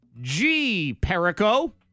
G-Perico